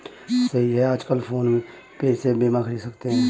सही है आजकल फ़ोन पे से बीमा ख़रीद सकते हैं